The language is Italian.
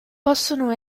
possono